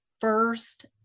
first